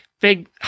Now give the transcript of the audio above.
big